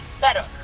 better